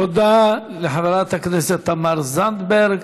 תודה רבה לחברת הכנסת תמר זנדברג.